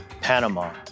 Panama